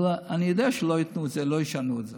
אבל אני יודע שלא ישנו את זה,